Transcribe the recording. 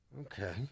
Okay